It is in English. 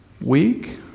week